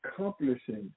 accomplishing